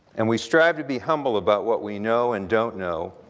and we strive to be humble about what we know and don't know,